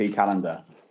calendar